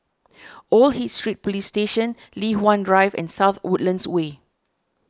Old Hill Street Police Station Li Hwan Drive and South Woodlands Way